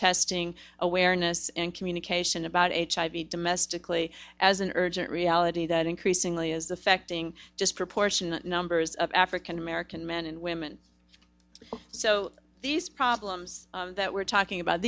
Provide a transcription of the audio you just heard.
testing awareness and communication about hiv domestically as an urgent reality that increasingly is affecting just proportionate numbers of african american men and women so these problems that we're talking about